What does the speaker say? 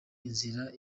inzira